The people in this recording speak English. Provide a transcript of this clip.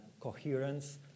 coherence